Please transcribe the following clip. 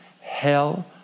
hell